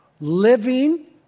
living